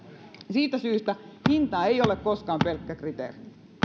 siitä syystä hinta ei ole koskaan pelkkä kriteeri